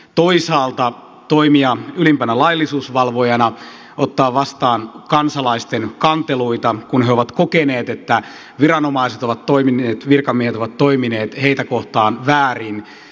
toisaalta hän toimii ylimpänä laillisuusvalvojana ottaa vastaan kansalaisten kanteluita kun he ovat kokeneet että viranomaiset ovat toimineet virkamiehet ovat toimineet heitä kohtaan väärin